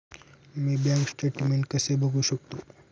मी bank statement कसे बघू शकतो?